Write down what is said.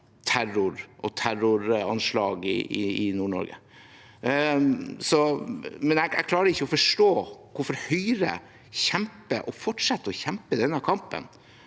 terror og terroranslag i Nord-Norge. Jeg klarer ikke å forstå hvorfor Høyre kjemper, og fortsetter å kjempe, denne kampen.